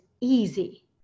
easy